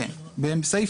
כן, בסעיף